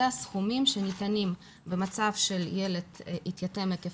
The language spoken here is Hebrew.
אלה הסכומים שניתנים במצב שילד התייתם עקב